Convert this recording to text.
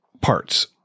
parts